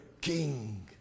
king